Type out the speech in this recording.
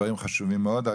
דברים חשובים מאוד.